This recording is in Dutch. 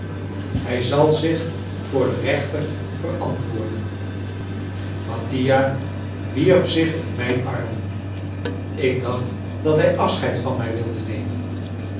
hij zal zich voor den rechter verantwoorden mattia wierp zich in mijn armen ik dacht dat hij afscheid van mij wilde nemen